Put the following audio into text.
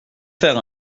faire